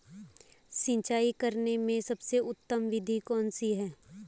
सिंचाई करने में सबसे उत्तम विधि कौन सी है?